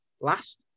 last